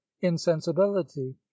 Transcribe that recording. insensibility